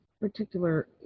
particular